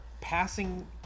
passing